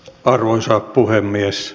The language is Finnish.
arvoisa puhemies